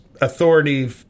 authority